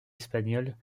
espagnol